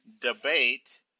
debate